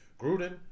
Gruden